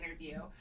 interview